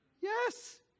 Yes